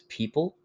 people